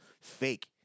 fake